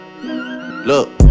look